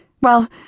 Well